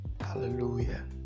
Hallelujah